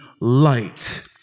light